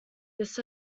this